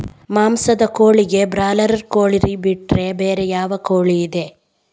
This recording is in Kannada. ಮಾಂಸದ ಕೋಳಿಗೆ ಬ್ರಾಲರ್ ಕೋಳಿ ಬಿಟ್ರೆ ಬೇರೆ ಯಾವ ಕೋಳಿಯಿದೆ?